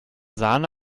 sahne